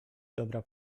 dobra